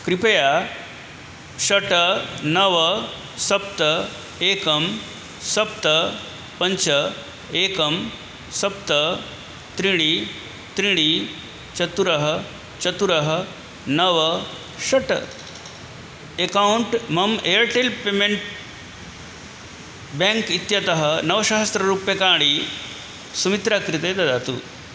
कृपया षट् नव सप्त एकं सप्त पञ्च एकं सप्त त्रीणि त्रीणि चत्वारि चत्वारि नव षट् एकौण्ट् मम एर्टेल् पेमेण्ट् बेङ्क् इत्यतः नवसहस्ररूप्यकाणि सुमित्रा कृते ददातु